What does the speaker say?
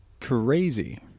crazy